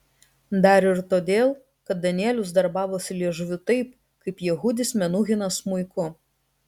dar ir todėl kad danielius darbavosi liežuviu taip kaip jehudis menuhinas smuiku